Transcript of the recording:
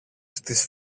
στις